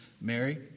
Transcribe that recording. Mary